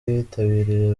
bitabiriye